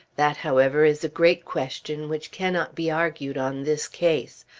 that, however, is a great question which cannot be argued on this case.